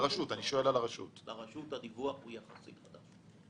לרשות הדיווח הוא יחסית חדש.